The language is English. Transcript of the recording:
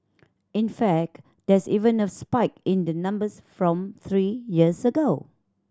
in fact there's even a spike in the numbers from three years ago